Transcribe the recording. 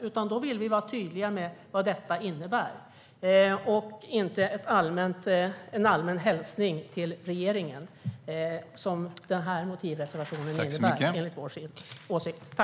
I så fall vill vi vara tydliga med vad vi menar och inte bara skicka en allmän hälsning till regeringen, vilket en motivreservation skulle innebära.